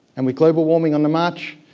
and with global warming on the march,